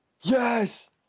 Yes